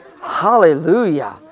Hallelujah